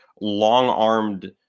long-armed